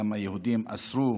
שגם היהודים אסרו